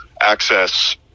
access